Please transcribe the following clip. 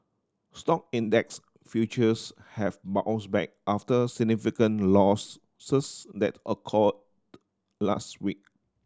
stock index futures have bounced back after significant losses that occurred last week